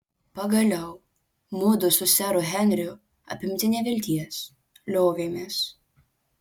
pagaliau mudu su seru henriu apimti nevilties liovėmės